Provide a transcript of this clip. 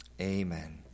Amen